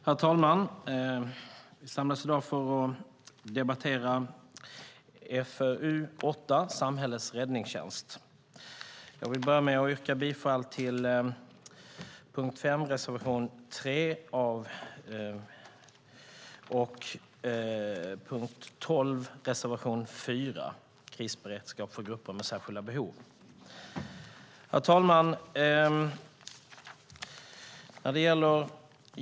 Herr talman! Vi samlas i dag för att debattera FöU8 Samhällets räddningstjänst . Jag yrkar bifall till reservation 3 under punkt 5 och reservation 4 under punkt 12 om krisberedskap för grupper med särskilda behov. Herr talman!